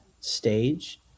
stage